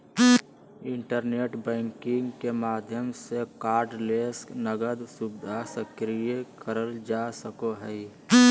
internet banking के माध्यम से कार्डलेस नकद सुविधा सक्रिय करल जा सको हय